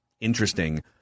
interesting